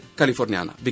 californiana